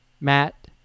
Matt